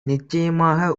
நிச்சயமாக